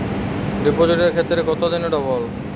ডিপোজিটের ক্ষেত্রে কত দিনে ডবল?